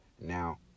Now